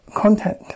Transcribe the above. content